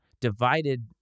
divided